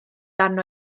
arno